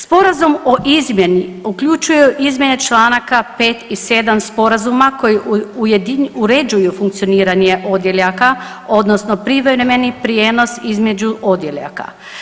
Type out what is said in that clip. Sporazum o izmjeni uključuje izmjene Članaka 5. i 7. sporazuma koji uređuju funkcioniranje odjeljaka odnosno privremeni prijenos između odjeljaka.